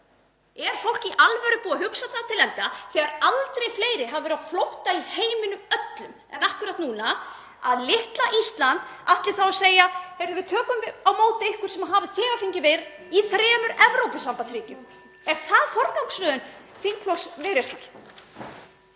Er fólk í alvöru búið að hugsa það til enda þegar aldrei fleiri hafa verið á flótta í heiminum öllum en akkúrat núna að litla Ísland ætli þá að segja: Heyrðu, við tökum á móti ykkur sem hafið þegar fengið vernd í þremur Evrópusambandsríkjum. Er það forgangsröðun þingflokks Viðreisnar?